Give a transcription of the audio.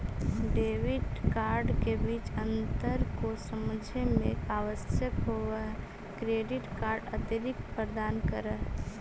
Debit card के बीच अंतर को समझे मे आवश्यक होव है क्रेडिट कार्ड अतिरिक्त प्रदान कर है?